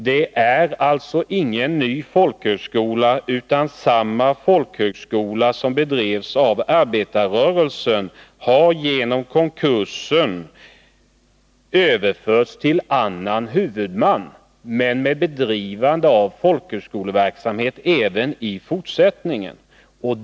Det är alltså ingen ny folkhögskola i området, utan samma folkhögskola som bedrevs av arbetarrörelsen har på grund av konkursen överförts till en ny huvudman men med bedrivande av folkhögskoleverksamhet även i fortsättningen.